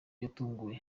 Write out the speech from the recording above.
yatunguwe